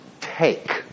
take